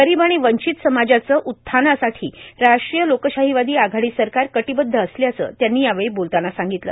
गरिब आणि वंचित समाजाच्या उत्थानासाठी राष्ट्रीय लोकशाहीवादी आघाडी सरकार कटीबद्ध असल्याचं त्यांनी यावेळी बोलताना सांगितलं